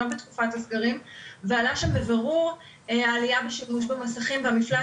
לא בתקופת הסגרים ועלה שם בבירור עניין העלייה בשימוש המסכים במפלט